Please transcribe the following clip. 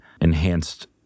enhanced